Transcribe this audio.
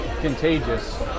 contagious